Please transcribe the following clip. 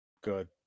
Good